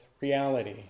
reality